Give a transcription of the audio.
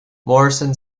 morison